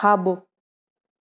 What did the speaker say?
खाबो॒